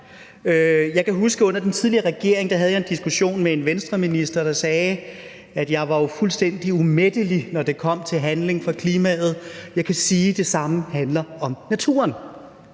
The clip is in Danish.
Jeg kan huske, at jeg under den tidligere regering havde en diskussion med en Venstreminister, der sagde, at jeg jo var fuldstændig umættelig, når det kom til handling for klimaet. Jeg kan sige, at det samme gælder naturen.